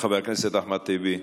חבר הכנסת אחמד טיבי.